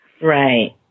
Right